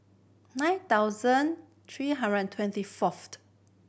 nine thousand three hundred and twenty first